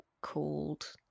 called